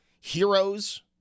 heroes